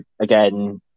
again